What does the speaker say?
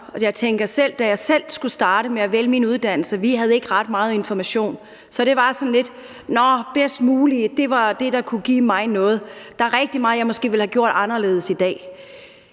meget. Og da jeg selv skulle vælge min uddannelse, havde vi ikke ret meget information, så det var sådan lidt: Nå, det bedst mulige er det, der kan give mig noget. Der er rigtig meget, jeg måske ville have gjort anderledes i dag.